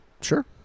Sure